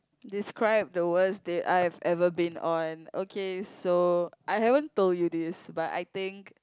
describe the worst day I have ever been on okay so I haven't told you this but I think